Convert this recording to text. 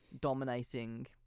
dominating